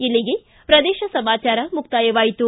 ಇಲ್ಲಿಗೆ ಪ್ರದೇಶ ಸಮಾಚಾರ ಮುಕ್ತಾಯವಾಯಿತು